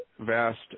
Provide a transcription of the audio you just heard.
vast